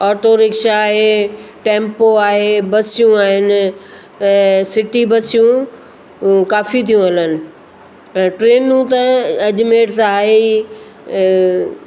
auto rickshaw आहे tempo आहे बसियूं आहिनि सिटी बसियूं काफ़ी थियूं हलनि त ट्रेनूं त अजमेर त आहे ई